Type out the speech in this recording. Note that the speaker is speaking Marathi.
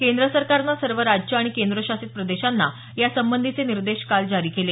केंद्र सरकारनं सर्व राज्य आणि केंद्रशासित प्रदेशांना यासंबंधीचे निर्देश काल जारी केले